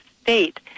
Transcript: state